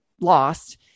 lost